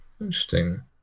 Interesting